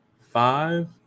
five